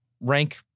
rank